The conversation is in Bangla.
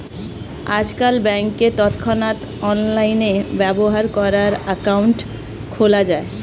আজকাল ব্যাংকে তৎক্ষণাৎ অনলাইনে ব্যবহার করার অ্যাকাউন্ট খোলা যায়